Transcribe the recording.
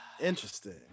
interesting